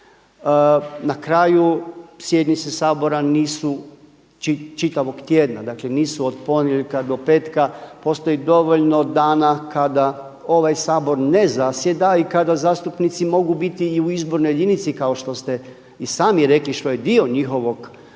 na kraju sjednice Sabora nisu čitavog tjedna, dakle nisu od ponedjeljka do petka, postoji dovoljno dana kada ovaj Sabor ne zasjeda i kada zastupnici mogu biti i u izbornoj jedinici kao što ste i sami rekli što je dio njihovog posla